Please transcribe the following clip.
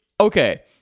okay